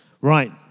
Right